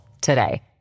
today